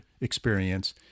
experience